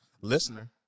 listener